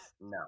No